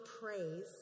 praise